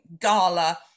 gala